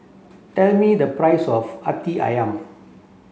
tell me the price of Hati Ayam